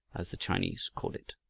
as the chinese called it.